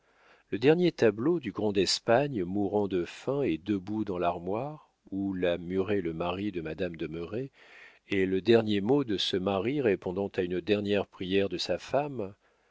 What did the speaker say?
le dernier tableau du grand d'espagne mourant de faim et debout dans l'armoire où l'a muré le mari de madame de merret et le dernier mot de ce mari répondant à une dernière prière de sa femme